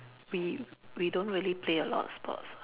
we we don't really play a lot of sports